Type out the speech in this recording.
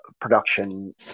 production